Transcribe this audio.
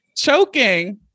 choking